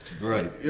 Right